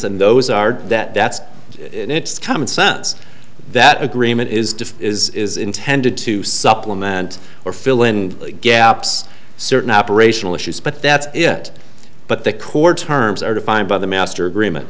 and those are that that's in it's common sense that agreement is different is intended to supplement or fill in gaps certain operational issues but that's it but the core terms are defined by the master agreement